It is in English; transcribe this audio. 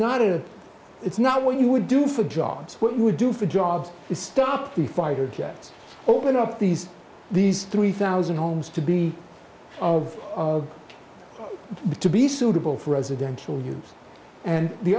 not it it's not what you would do for jobs what you would do for jobs is stop the fighter jets open up these these three thousand homes to be of but to be suitable for residential use and the